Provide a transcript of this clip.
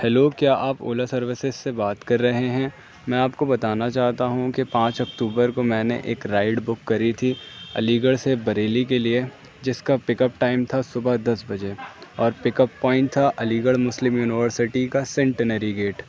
hello کیا آپ Ola services سے بات کر رہے ہیں میں آپ کو بتانا چاہتا ہوں کہ پانچ اکتوبر کو میں نے ایک رائیڈ بک کری تھی علی گڑھ سے بریلی کے لیے جس کا پک اپ ٹائم تھا صبح دس بجے اور پک اپ پوائنٹ تھا علی گڑھ مسلم یونیورسٹی کا سینٹنری گیٹ